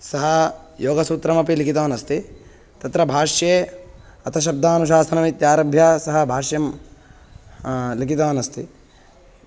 सः योगसूत्रमपि लिखितवान् अस्ति तत्र भाष्ये अथशब्दानुशासनमित्यारभ्य सः भाष्यं लिखितवान् अस्ति